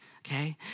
okay